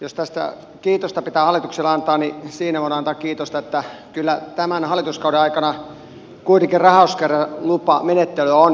jos tästä kiitosta pitää hallitukselle antaa niin siinä voin antaa kiitosta että kyllä tämän hallituskauden aikana kuitenkin rahankeräyslupamenettelyä on helpotettu